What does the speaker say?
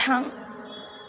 थां